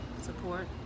Support